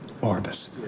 orbit